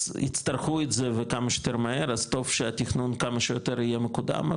יצטרכו את זה וכמה שיותר מהר אז טוב שהתכנון כמה שיותר יהיה מקודם,